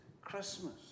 Christmas